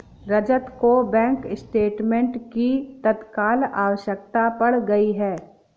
रजत को bank statement की तत्काल आवश्यकता पड़ गई है